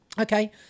Okay